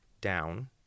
down